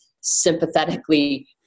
sympathetically